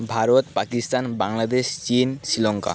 ভারত পাকিস্তান বাংলাদেশ চীন শ্রীলঙ্কা